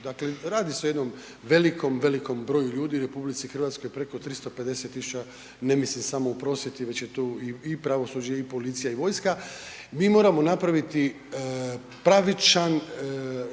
Dakle radi se o jednom velikom, velikom broju ljudi u RH, preko 350 000, ne mislim samo u prosvjeti već je tu i pravosuđe i policija i vojska. Mi moramo napraviti pravičan